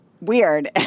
Weird